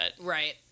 Right